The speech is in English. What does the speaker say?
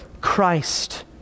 Christ